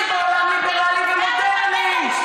שבעולם ליברלי ומודרני,